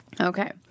Okay